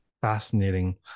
Fascinating